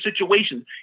situations